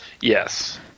Yes